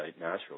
naturally